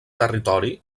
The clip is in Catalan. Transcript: territori